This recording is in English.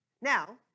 Now